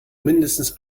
mindestens